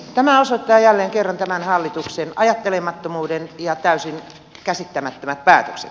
tämä osoittaa jälleen kerran tämän hallituksen ajattelemattomuuden ja täysin käsittämättömät päätökset